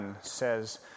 says